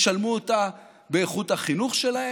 הם ישלמו אותה באיכות החינוך שלהם,